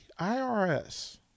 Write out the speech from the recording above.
IRS